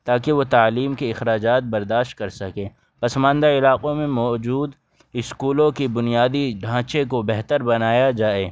تاکہ وہ تعلیم کے اخراجات برداشت کر سکیں پسماندہ علاقوں میں موجود اسکولوں کی بنیادی ڈھانچے کو بہتر بنایا جائے